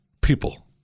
People